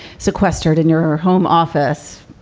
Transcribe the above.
sequestered in your home office,